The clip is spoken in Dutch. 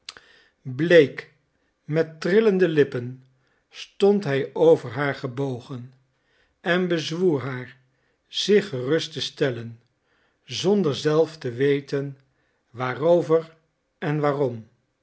bleek met trillende lippen stond hij over haar gebogen en bezwoer haar zich gerust te stellen zonder zelf te weten waarover of waarom